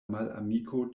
malamiko